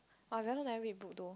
oh I very long never read book though